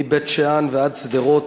מבית-שאן ועד שדרות,